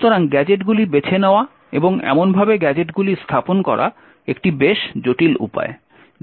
সুতরাং গ্যাজেটগুলি বেছে নেওয়া এবং এমনভাবে গ্যাজেটগুলি স্থাপন করা একটি বেশ জটিল উপায়